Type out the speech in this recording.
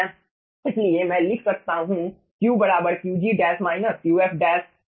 इसलिए मैं लिख सकता हूं Q Qg Qf है